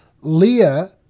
Leah